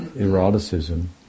eroticism